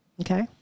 Okay